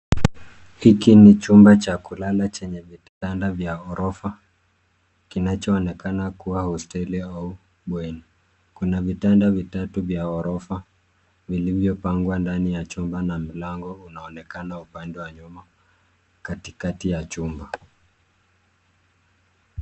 Hiki ni chumba cha kulala chenye vitanda vya ghorofa. Kinacho onekana kuwa hosteli au bweni. Kuna vitanda vitatu vya ghorofa vilivyopangwa ndani ya chumba na mlango, unaonekana upande wa nyuma kati kati ya chumba.